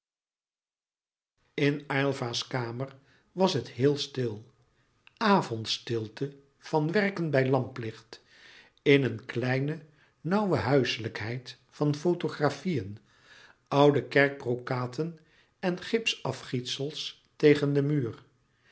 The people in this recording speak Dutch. starrelden in aylva's kamer was het heel stil avondstilte van werken bij lamplicht in een kleine louis couperus metamorfoze nauwe huiselijkheid van fotografieën oude kerkbrokaten en gipsafgietsels tegen den muur